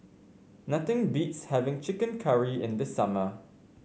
nothing beats having chicken curry in the summer